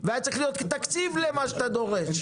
והיה צריך להיות תקציב למה שאתה דורש.